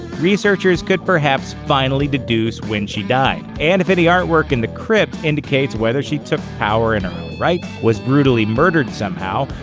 researchers could perhaps finally deduce when she died, and if any artwork in the crypt indicates whether she took power in her own right, was brutally murdered somehow,